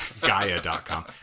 Gaia.com